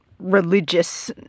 religious